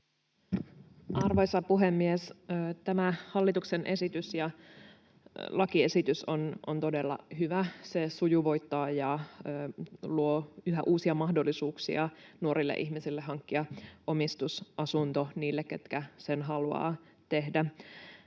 Arvoisa puhemies! Tämä hallituksen esitys, lakiesitys, on todella hyvä. Se sujuvoittaa ja luo yhä uusia mahdollisuuksia nuorille ihmisille hankkia omistusasunto, niille, jotka sen haluavat tehdä.